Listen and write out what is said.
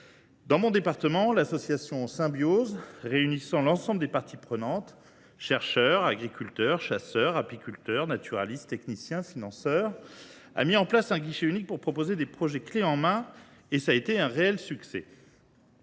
Dans mon département, l’association Symbiose, qui réunit l’ensemble des parties prenantes – chercheurs, agriculteurs, chasseurs, apiculteurs, naturalistes, techniciens, financeurs – a mis en place un guichet unique pour proposer des projets clés en main. Cette initiative fut un réel succès